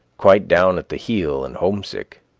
quite down at the heel and homesick.